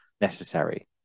necessary